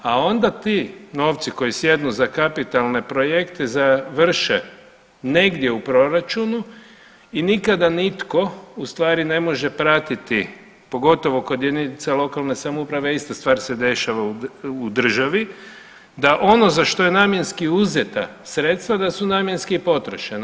A onda ti novci koji sjednu za kapitalne projekte završe negdje u proračunu, i nikada nitko u stvari ne može pratiti, pogotovo kod jedinica lokalne samouprave, ista stvar se dešava u državi, da ono za što je namjenski uzeta sredstva, da su namjenski potrošena.